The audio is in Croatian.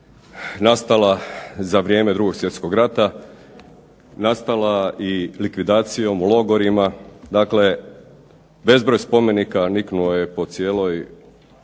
nastala za vrijeme 2. svjetskog rata, nastala i likvidacijom u logorima. Dakle, bezbroj spomenika niknuo je po cijeloj